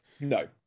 No